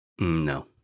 No